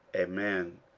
amen.